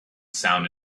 sound